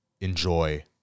enjoy